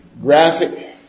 graphic